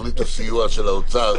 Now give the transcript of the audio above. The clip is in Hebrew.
שלפעמים עצוב העניין הזה, אז צוחקים.